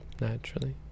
naturally